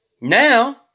now